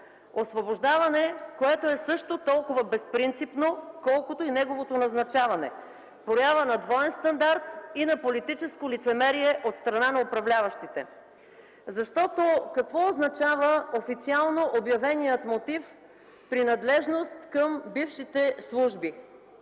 Освобождаване, което е също толкова безпринципно, колкото и неговото назначаване – проява на двоен стандарт и на политическо лицемерие от страна на управляващите. Защото, какво означава официално обявеният мотив „принадлежност към бившите служби”?